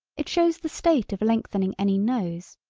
it shows the state of lengthening any nose.